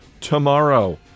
tomorrow